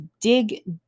dig